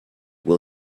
will